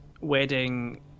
wedding